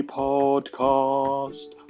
podcast